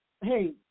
hey